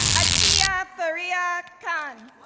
atiya fariha khan,